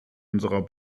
unserer